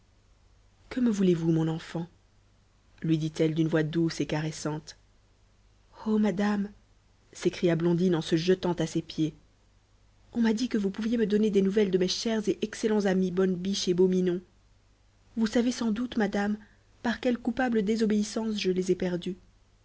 que me voulez-vous mon enfant lui dit-elle d'une voix douce et caressante oh madame s'écria blondine en se jetant à ses pieds on m'a dit que vous pouviez me donner des nouvelles de mes chers et excellents amis bonne biche et beau minon vous savez sans doute madame par quelle coupable désobéissance je les ai perdus